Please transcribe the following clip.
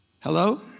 Hello